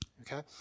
okay